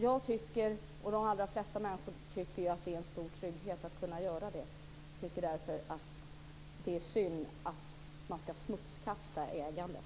Jag tycker, och de allra flesta människor tycker, att det är en stor trygghet att kunna göra det. Jag tycker därför att det är synd att man ska smutskasta ägandet.